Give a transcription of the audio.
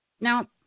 Now